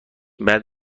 بعد